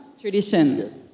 traditions